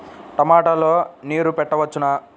టమాట లో నీరు పెట్టవచ్చునా?